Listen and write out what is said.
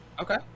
Okay